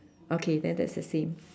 okay then that's the same